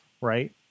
Right